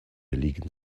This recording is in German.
liegen